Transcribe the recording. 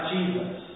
Jesus